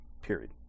Period